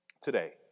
today